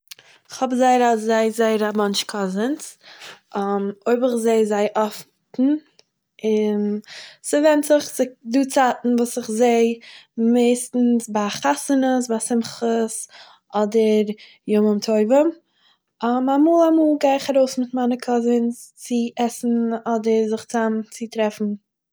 איך האב זייער זיער א באנטש קאזינס, אויב איך זעה זיי אפטן, און, ס'ווענדט זיך, ס'איז דא צייטן וואס איך זעה מערסטנ'ס ביי חתונות ביי שמחות, אדער ימים טובים, אמאל אמאל גיי איך ארויס מיט מיינע קאזינס צו עסן אדער זיך צוזאמצוטרעפן